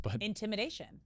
Intimidation